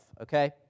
okay